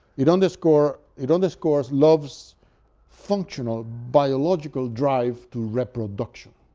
it underscores it underscores loves functional biological drive to reproduction.